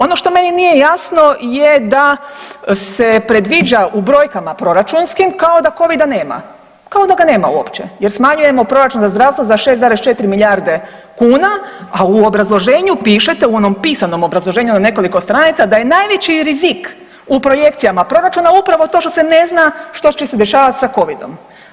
Ono što meni nije jasno je da se predviđa u brojkama proračunskim kao da covida nema, kao da ga nema uopće jer smanjujemo proračun za zdravstvo za 6,4 milijarde kuna a u obrazloženju pišete u onom pisanom obrazloženju na nekoliko stranica da je najveći rizik u projekcijama proračuna upravo to što se ne zna što će se dešavati sa Covid-om.